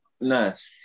Nice